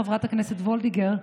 חברת הכנסת וולדיגר,